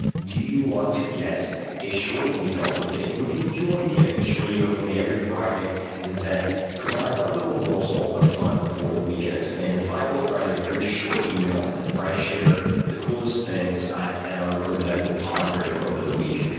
do you want to get a short email from me? and would you enjoy getting a short email from me every friday that provides a a little morsel of fun before the weekend? and, five bullet friday is a very short email where i share the coolest things i've found, or that i've been pondering over the week.